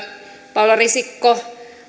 paula risikko